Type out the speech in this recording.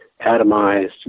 atomized